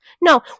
No